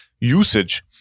Usage